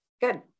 Good